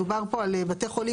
דובר על בתי חולים,